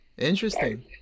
Interesting